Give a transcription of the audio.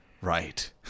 Right